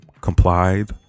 complied